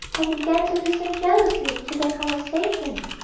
and began to listen jealously to their conversation.